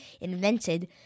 invented